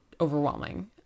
overwhelming